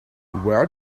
where